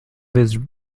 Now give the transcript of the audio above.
this